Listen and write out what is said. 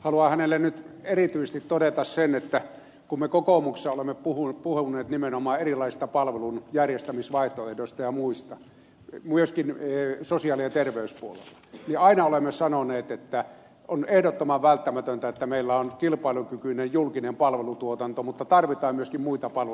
haluan hänelle nyt erityisesti todeta sen että kun me kokoomuksessa olemme puhuneet nimenomaan erilaisista palvelun järjestämisvaihtoehdoista ja muista myöskin sosiaali ja terveyspuolella niin aina olemme sanoneet että on ehdottoman välttämätöntä että meillä on kilpailukykyinen julkinen palvelutuotanto mutta tarvitaan myöskin muita palveluitten järjestämisvaihtoehtoja